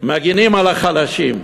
"מגינים על החלשים".